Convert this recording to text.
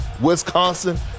Wisconsin